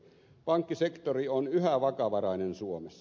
pankkisektori on yhä vakavarainen suomessa